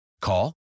Call